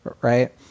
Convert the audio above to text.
Right